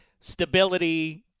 stability –